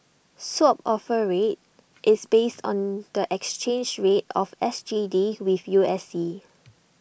swap offer rate is based on the exchange rate of S G D with U S D